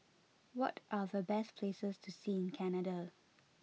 what are the best places to see in Canada